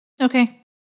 Okay